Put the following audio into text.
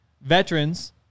Veterans